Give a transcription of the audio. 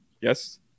Yes